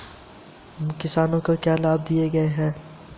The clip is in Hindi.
मुझे लोन लेने के लिए क्या चाहिए?